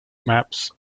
maps